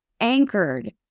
anchored